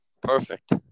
Perfect